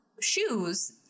shoes